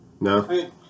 No